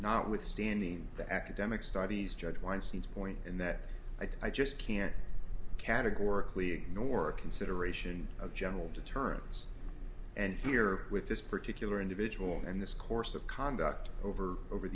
notwithstanding the academic studies judge weinstein's point in that i just can't categorically ignore a consideration of general deterrence and here with this particular individual and this course of conduct over over